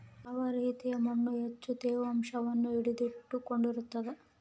ಯಾವ ರೇತಿಯ ಮಣ್ಣು ಹೆಚ್ಚು ತೇವಾಂಶವನ್ನು ಹಿಡಿದಿಟ್ಟುಕೊಳ್ತದ?